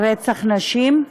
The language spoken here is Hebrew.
על רצח נשים.